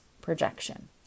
projection